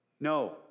No